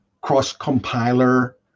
cross-compiler